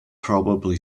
probably